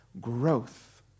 growth